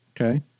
Okay